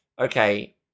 okay